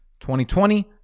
2020